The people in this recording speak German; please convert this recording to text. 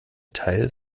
teil